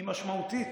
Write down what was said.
היא משמעותית.